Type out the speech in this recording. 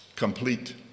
complete